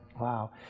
Wow